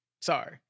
Sorry